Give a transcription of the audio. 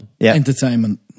Entertainment